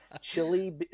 chili